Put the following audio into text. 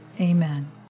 Amen